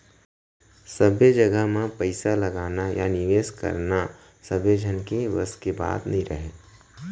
सब्बे जघा म पइसा लगाना या निवेस करना सबे झन के बस के बात नइ राहय